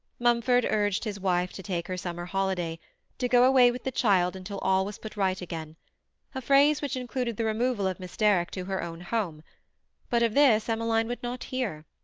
mumford urged his wife to take her summer holiday to go away with the child until all was put right again a phrase which included the removal of miss derrick to her own home but of this emmeline would not hear.